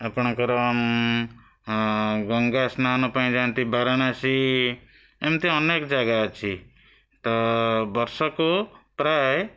ଆପଣଙ୍କର ଗଙ୍ଗା ସ୍ନାନ ପାଇଁ ଯାଆନ୍ତି ବାରାଣାସୀ ଏମିତି ଅନେକ ଜାଗା ଅଛି ତ ବର୍ଷକୁ ପ୍ରାୟ